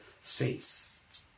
faith